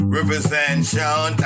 Representation